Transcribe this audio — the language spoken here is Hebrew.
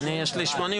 מיעוט